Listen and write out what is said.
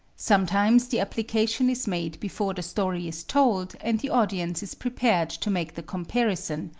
sometimes the application is made before the story is told and the audience is prepared to make the comparison,